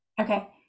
Okay